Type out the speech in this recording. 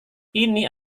ini